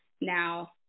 now